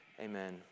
Amen